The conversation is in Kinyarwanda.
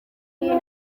nubwo